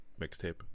mixtape